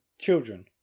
Children